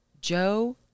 Joe